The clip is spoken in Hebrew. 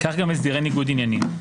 כך גם הסדרי ניגוד העניינים,